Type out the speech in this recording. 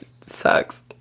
sucks